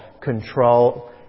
control